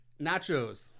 Nachos